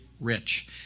rich